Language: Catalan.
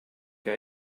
que